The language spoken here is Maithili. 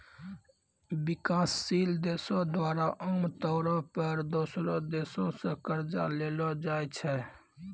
विकासशील देशो द्वारा आमतौरो पे दोसरो देशो से कर्जा लेलो जाय छै